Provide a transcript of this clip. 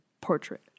portrait